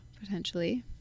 potentially